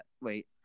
Wait